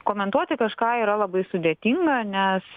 komentuoti kažką yra labai sudėtinga nes